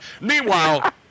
Meanwhile